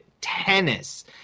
tennis